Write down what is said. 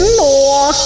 more